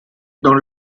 dans